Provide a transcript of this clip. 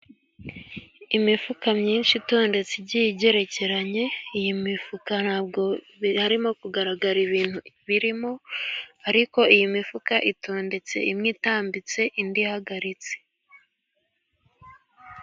Imifuka myinshi itondetse igiye igerekeranye, iyi mifuka ntabwo harimo kugaragara ibintu birimo, ariko iyi mifuka itondetse imwe itambitse indi ihagaritse.